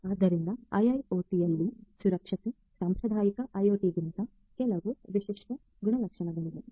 ಆದ್ದರಿಂದ ಐಐಒಟಿಯಲ್ಲಿ ಸುರಕ್ಷತೆ ಸಾಂಪ್ರದಾಯಿಕ ಐಒಟಿಗಿಂತ ಕೆಲವು ವಿಶಿಷ್ಟ ಗುಣಲಕ್ಷಣಗಳಿವೆ